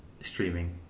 streaming